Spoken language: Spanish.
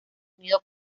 unido